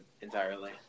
entirely